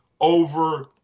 over